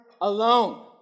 alone